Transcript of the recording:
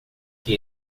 que